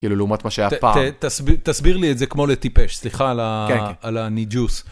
כאילו לעומת מה שהיה פעם... תסביר לי את זה כמו לטיפש, סליחה על הניג'וס.